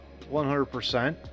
100%